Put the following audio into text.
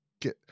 get